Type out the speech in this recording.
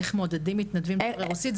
איך מוצאים מתנדבים דוברי רוסית?